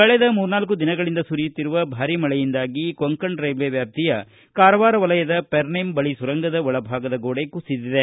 ಕಳೆದ ಮೂರ್ನಾಲ್ಲು ದಿನಗಳಿಂದ ಸುರಿಯುತ್ತಿರುವ ಭಾರಿ ಮಳೆಯಿಂದಾಗಿ ಕೊಂಕಣ ರೈಲ್ವೆ ವ್ಯಾಪ್ತಿಯ ಕಾರವಾರ ವಲಯದ ಪೆನೆಂ ಬಳಿ ಸುರಂಗದ ಒಳಭಾಗದ ಗೋಡೆ ಕುಸಿದಿದೆ